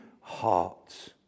hearts